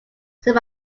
said